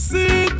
See